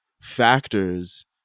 factors